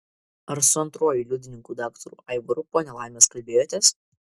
ar su antruoju liudininku daktaru aivaru po nelaimės kalbėjotės